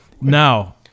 now